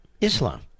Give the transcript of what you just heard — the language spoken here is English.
Islam